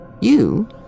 You